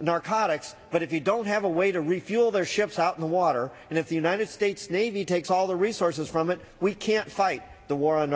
narcotics but if you don't have a way to refuel their ships out in the water and if the united states navy takes all the resources from it we can't fight the war on